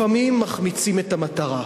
לפעמים מחמיצים את המטרה.